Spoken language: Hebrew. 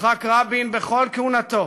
יצחק רבין בכל כהונתו